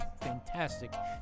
fantastic